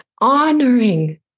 Honoring